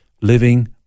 living